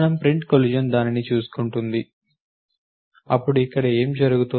print collision దానిని చూసుకుంటుంది అప్పుడు ఇక్కడ ఏమి జరుగుతోంది